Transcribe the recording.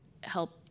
help